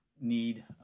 need